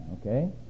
Okay